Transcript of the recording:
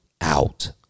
out